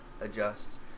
adjust